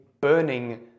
burning